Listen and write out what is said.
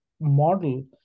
model